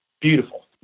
beautiful